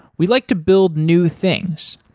we like to build new things,